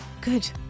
Good